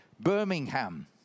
Birmingham